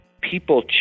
people